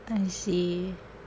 I see